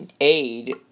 aid